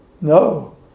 No